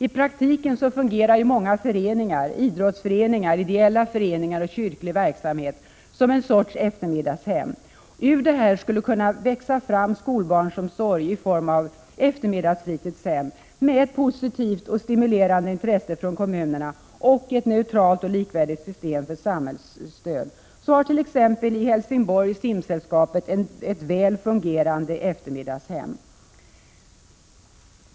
I praktiken fungerar många föreningar — idrottsföreningar, ideella föreningar och kyrklig verksamhet — som en sorts eftermiddagshem. Ur detta skulle kunna växa fram skolbarnsomsorg i form av eftermiddagsfritidshem. Ett positivt och stimulerande intresse från kommunerna och ett neutralt och likvärdigt system för samhällsstöd skulle kunna åstadkomma detta. Så har t.ex. Simsällskapet i Helsningborg ett väl fungerande eftermiddagshem.